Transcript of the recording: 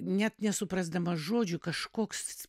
net nesuprasdama žodžių kažkoks